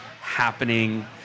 happening